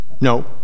No